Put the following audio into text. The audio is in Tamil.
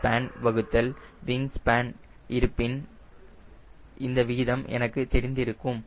என்னிடம் எய்லரான் ஸ்பேன் வகுத்தல் விங் ஸ்பேன் இருப்பின் இந்த விகிதம் எனக்கு தெரிந்து இருக்கும்